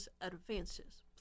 advances